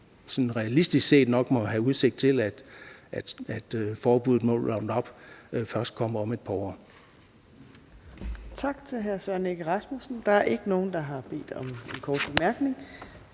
realistisk set nok har udsigt til, at forbuddet mod Roundup først kommer om et par år.